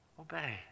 Obey